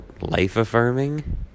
life-affirming